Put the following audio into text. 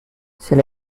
shall